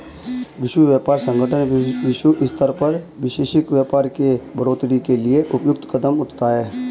विश्व व्यापार संगठन विश्व स्तर पर वैश्विक व्यापार के बढ़ोतरी के लिए उपयुक्त कदम उठाता है